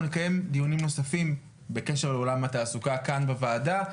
אנחנו נקיים דיונים נוספים בקשר לעולם התעסוקה כאן בוועדה,